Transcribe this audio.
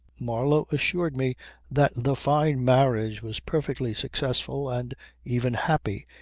marlow assured me that the fyne marriage was perfectly successful and even happy,